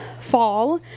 fall